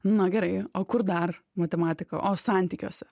na gerai o kur dar matematika o santykiuose